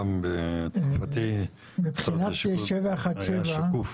גם בתקופתי משרד השיכון היה שקוף.